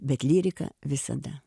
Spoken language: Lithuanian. bet lyrika visada